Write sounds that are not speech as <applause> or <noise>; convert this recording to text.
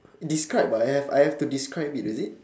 <breath> describe ah I have I have to describe it is it